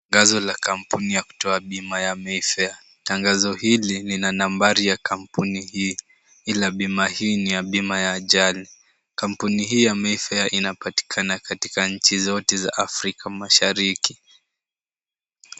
Tangazo la kampuni ya kutoa bima ya Mayfair. Tangazo hili lina nambari ya kampuni hii ila bima hii ni ya bima ya ajali. Kampuni hii ya Mayfair inapatikana katika nchi zote za Afrika Mashariki.